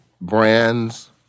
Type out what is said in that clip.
brands